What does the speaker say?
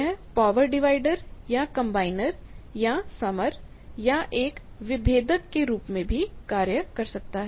यह power divider या combiner या समर या एक विभेदक के रूप में कार्य कर सकता है